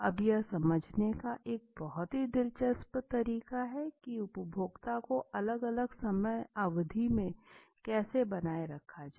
अब यह समझने का एक बहुत ही दिलचस्प तरीका है कि उपभोक्ता को अलग अलग समय अवधि में कैसे बनाए रखा जाए